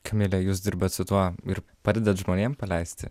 kamile jūs dirbat su tuo ir padedat žmonėm paleisti